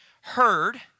heard